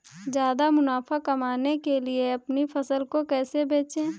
ज्यादा मुनाफा कमाने के लिए अपनी फसल को कैसे बेचें?